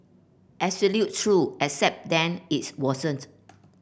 truth except then it wasn't